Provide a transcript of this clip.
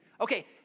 Okay